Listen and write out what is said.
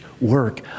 work